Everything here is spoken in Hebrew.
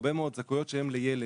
הרבה מאוד זכאויות שהן לילד,